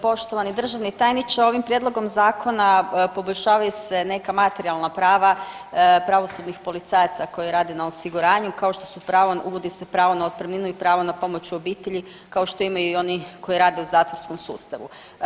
Poštovani državni tajniče ovim prijedlogom zakona poboljšavaju se neka materijalna prava pravosudnih policajaca koji rade na osiguranju kao što su pravo, uvodi se pravo na otpremninu i pravo na pomoć u obitelji kao što imaju i oni koji rade u zatvorskom sustavu.